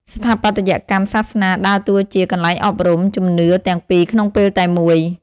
ស្ថាបត្យកម្មសាសនាដើរតួជា កន្លែងអប់រំ ជំនឿទាំងពីរក្នុងពេលតែមួយ។